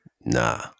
Nah